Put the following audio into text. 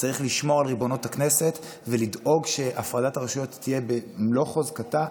צריך לשמור על ריבונות הכנסת ולדאוג שהפרדת הרשויות תעמוד במלוא חוזקה.